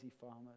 farmers